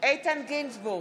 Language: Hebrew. איתן גינזבורג,